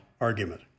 argument